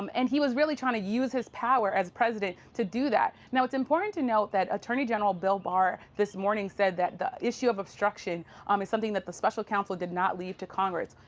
um and he was really trying to use his power as president to do that. now, it's important to note that attorney general bill barr this morning said that the issue of obstruction um is something that the special counsel did not leave to congress.